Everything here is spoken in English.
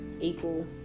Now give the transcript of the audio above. equal